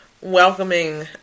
welcoming